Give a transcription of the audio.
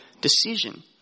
decision